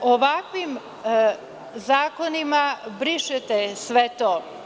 Ovakvim zakonima brišete sve to.